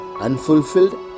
unfulfilled